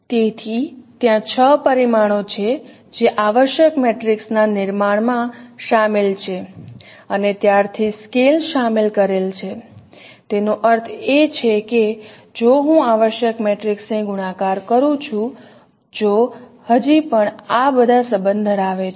તેથી ત્યાં 6 પરિમાણો છે જે આવશ્યક મેટ્રિક્સના નિર્માણમાં શામેલ છે અને ત્યારથી સ્કેલ શામેલ કરેલ છે તેનો અર્થ એ છે કે જો હું આવશ્યક મેટ્રિક્સને ગુણાકાર કરું છું જો હજી પણ આ બધા સંબંધ ધરાવે છે